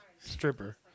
stripper